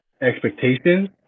expectations